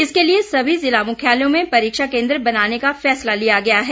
इसके लिए सभी जिला मुख्यालयों में परीक्षा केंद्र बनाने का फैसला लिया गया है